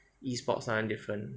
E-sports ha different